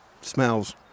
smells